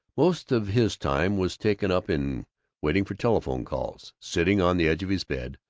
most of his time was taken up in waiting for telephone calls. sitting on the edge of his bed,